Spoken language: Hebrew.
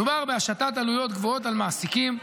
מדובר בהשתת עלויות גבוהות על מעסיקים,